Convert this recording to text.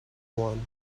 one